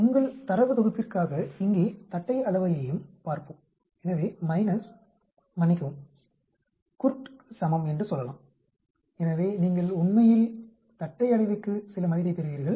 உங்கள் தரவுத் தொகுப்பிற்காக இங்கே தட்டை அளவையையும் பார்ப்போம் எனவே மைனஸ் மன்னிக்கவும் KURT க்கு சமம் என்று சொல்லலாம் எனவே நீங்கள் உண்மையில் தட்டை அளவைக்கு சில மதிப்பைப் பெறுவீர்கள்